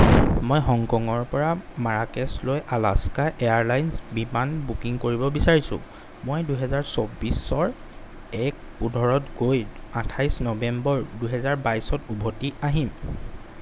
মই হংকঙৰ পৰা মাৰাকেচলৈ আলাস্কা এয়াৰলাইনছ্ বিমান বুকিং কৰিব বিচাৰিছোঁ মই দুহেজাৰ চৌব্বিছৰ এক পোন্ধৰত গৈ আঠাইশ নৱেম্বৰ দুহেজাৰ বাইছত উভতি আহিম